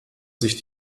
sich